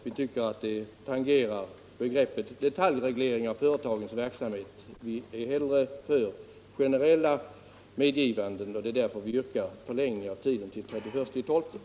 Vi tycker att det tangerar detaljreglering av företagens verksamhet, och vi är hellre för generella medgivanden. Det är därför vi yrkar på förlängning av fristen till den 31 december.